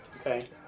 Okay